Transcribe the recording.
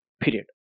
period